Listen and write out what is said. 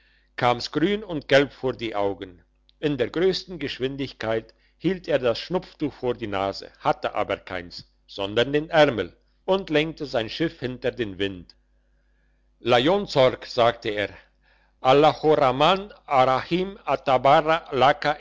kam's grün und gelb vor die augen in der grössten geschwindigkeit hielt er das schnupftuch vor die nase hatte aber keins sondern den ärmel und lenkte sein schiff hinter den wind lajonzork sagte er allahorraman arrahim atabarra laka